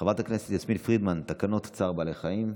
של חברת הכנסת יסמין פרידמן: תקנות צער בעלי חיים.